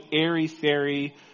airy-fairy